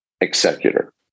executor